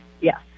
Yes